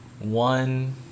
one